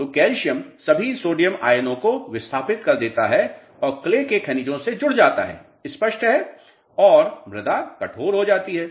तो कैल्शियम सभी सोडियम आयनों को विस्थापित कर देता है और क्ले के खनिजों से जुड़ जाता है स्पष्ट है और मृदा कठोर हो जाती है